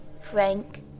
Frank